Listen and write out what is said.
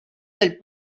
del